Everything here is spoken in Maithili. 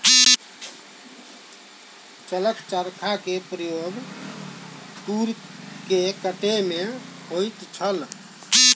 जलक चरखा के प्रयोग तूर के कटै में होइत छल